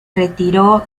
retiró